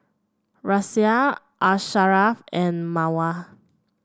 Raisya Asharaff and Mawar